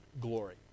glory